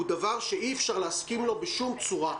הוא דבר שאי אפשר להסכים לו בשום צורה.